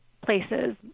places